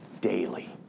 daily